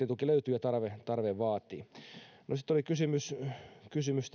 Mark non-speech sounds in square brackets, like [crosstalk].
[unintelligible] tuki löytyy ja mitä tarve vaatii sitten oli kysymys kysymys [unintelligible]